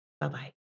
Bye-bye